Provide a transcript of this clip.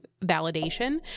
validation